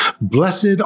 Blessed